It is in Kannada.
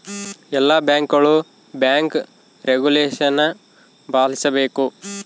ಎಲ್ಲ ಬ್ಯಾಂಕ್ಗಳು ಬ್ಯಾಂಕ್ ರೆಗುಲೇಷನ ಪಾಲಿಸಬೇಕು